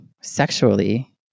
sexually